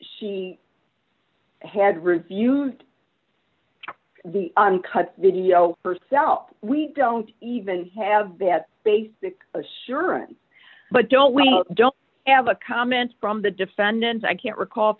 she had refused the uncut video st cell we don't even have that basic assurance but don't we don't have a comment from the defendant i can't recall if